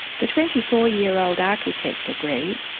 the twenty four year old architect agreed,